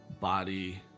body